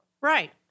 right